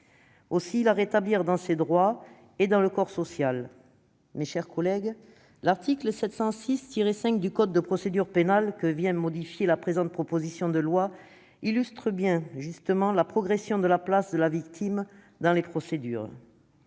aussi la rétablir dans ses droits et dans le corps social. Mes chers collègues, l'article 706-5 du code de procédure pénale que vient modifier la présente proposition de loi illustre bien, justement, la progression de la place de la victime dans les procédures.